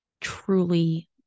truly